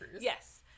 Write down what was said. Yes